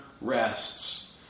rests